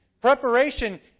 Preparation